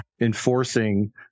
enforcing